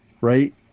right